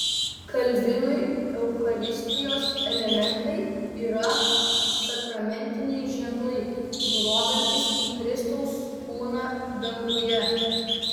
kalvinui eucharistijos elementai yra sakramentiniai ženklai nurodantys į kristaus kūną danguje